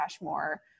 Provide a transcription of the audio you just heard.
more